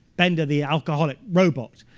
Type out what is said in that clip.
bender the alcoholic robot.